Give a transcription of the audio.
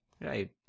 Right